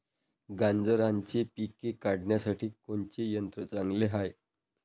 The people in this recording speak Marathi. गांजराचं पिके काढासाठी कोनचे यंत्र चांगले हाय?